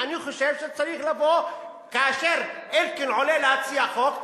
אני חושב שצריך לבוא כאשר אלקין עולה להציע חוק,